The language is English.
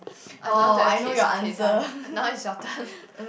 I don't want to have kids okay done now is your turn